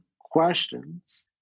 questions